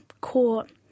court